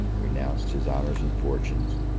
renounced his honors and fortunes,